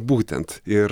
būtent ir